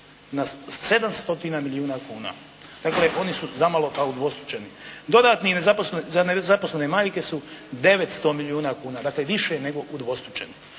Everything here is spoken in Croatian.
stotina milijuna kuna. Dakle oni su zamalo kao udvostručeni. Dodatni za nezaposlene majke su 900 milijuna kuna, dakle više nego udvostručeno.